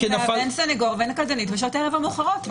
סנגור ואין קלדנית בשעות הערב המאוחרות.